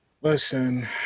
Listen